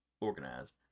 organized